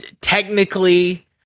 technically